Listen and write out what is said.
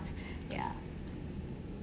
ya